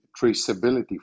traceability